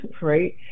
right